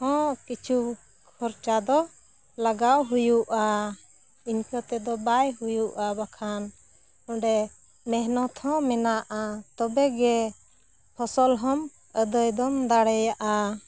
ᱦᱚᱸ ᱠᱤᱪᱷᱩ ᱠᱷᱚᱨᱪᱟ ᱫᱚ ᱞᱟᱜᱟᱣ ᱦᱩᱭᱩᱜᱼᱟ ᱤᱱᱠᱟᱹ ᱛᱮᱫᱚ ᱵᱟᱭ ᱦᱩᱭᱩᱜᱼᱟ ᱵᱟᱠᱷᱟᱱ ᱚᱸᱰᱮ ᱢᱮᱦᱱᱚᱛ ᱦᱚᱸ ᱢᱮᱱᱟᱜᱼᱟ ᱛᱚᱵᱮᱜᱮ ᱯᱷᱚᱥᱚᱞ ᱦᱚᱸᱢ ᱟᱹᱫᱟᱹᱭ ᱫᱚᱢ ᱫᱟᱲᱮᱭᱟᱜᱼᱟ